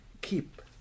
keep